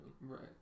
Right